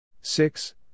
six